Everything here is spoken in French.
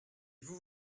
vous